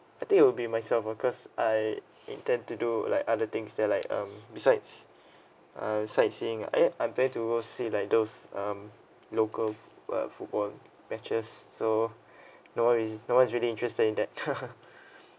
I think it'll be myself because I intend to do like other things there like um besides uh sightseeing I I'm planning to go see like those um local uh football matches so nobody's no one's really interested in that